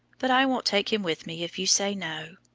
but i won't take him with me if you say no.